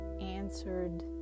answered